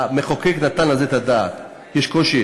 המחוקק נתן על זה את הדעת, יש קושי.